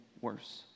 worse